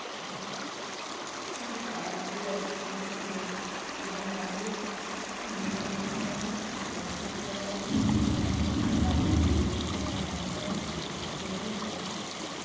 सरकार के स्तर से व्यापारिक इन्वेस्टमेंट लगी कर्ज प्रदान करावे के योजना बनावल गेले हई